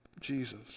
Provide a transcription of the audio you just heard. Jesus